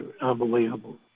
unbelievable